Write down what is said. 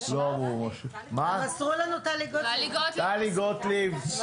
טלי גוטליב.